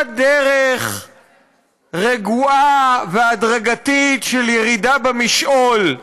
דרך רגועה והדרגתית של ירידה במשעול.